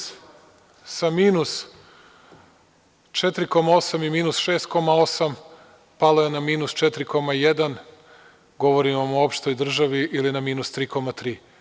Sa minus 4,8 i minus 6,8 palo je na minus 4,1, govorim vam u opštoj državi, ili na minus 3,3.